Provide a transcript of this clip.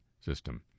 system